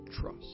Trust